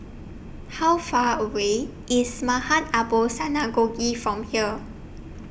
How Far away IS Maghain Aboth Synagogue from here